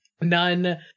None